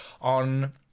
on